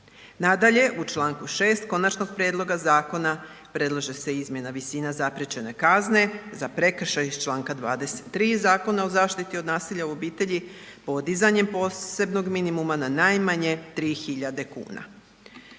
Nadalje, u Članku 6. konačnog prijedloga zakona predlaže se izmjena visine zapriječene kazne za prekršaj iz Članka 23. Zakona o zaštiti od nasilja u obitelji podizanjem posebnog minimuma na najmanje 3.000 kuna.